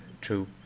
true